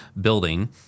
building